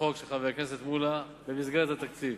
החוק של חבר הכנסת מולה במסגרת התקציב.